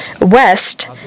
West